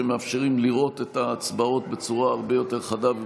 שמאפשרים לראות את ההצבעות בצורה הרבה יותר חדה וברורה.